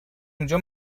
اونجا